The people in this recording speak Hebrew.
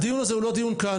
הדיון הזה הוא לא דיון קל.